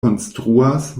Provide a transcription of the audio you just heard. konstruas